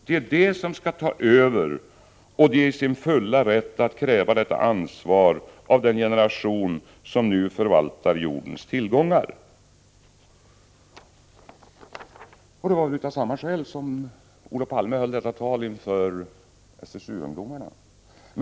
Det är de som ska ta över och de är i sin fulla rätt att kräva detta ansvar av den generation som nu förvaltar jordens tillgångar!” Det var av samma skäl som Olof Palme höll sitt tal inför SSU-ungdomarna.